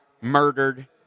murdered